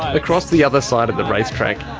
across the other side of the race track,